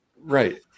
right